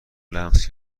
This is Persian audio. لمس